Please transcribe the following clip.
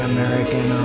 American